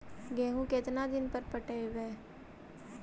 गेहूं केतना दिन पर पटइबै?